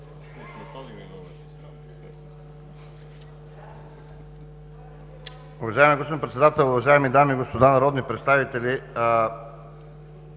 Уважаеми господин Председател, уважаеми дами и господа народни представители!